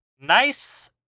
nice